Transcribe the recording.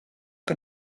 que